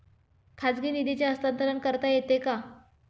खाजगी निधीचे हस्तांतरण करता येते का?